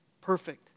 perfect